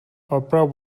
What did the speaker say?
oprah